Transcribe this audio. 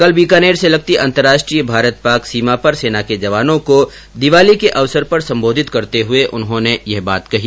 कल बीकानेर से लगती अंतरराष्ट्रीय भारत पाक सीमा पर सेना के जवानों को दिवाली के अवसर पर सम्बोधित करते हुए उन्होंने यह बात कही